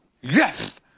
Yes